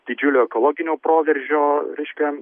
didžiulio ekologinio proveržio reiškia